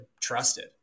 trusted